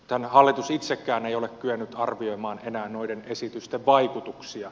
tämä hallitus itsekään ei ole kyennyt arvioimaan enää noiden esitysten vaikutuksia